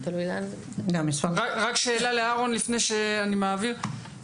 רק שאלה לאהרון, אנחנו